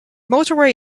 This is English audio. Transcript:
motorway